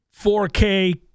4K